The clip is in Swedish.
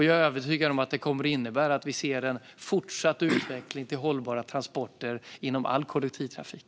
Jag är övertygad om att det kommer att innebära att vi ser en fortsatt utveckling mot hållbara transporter inom all kollektivtrafik.